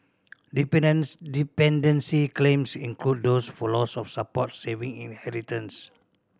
dependence dependency claims include those for loss of support saving and inheritance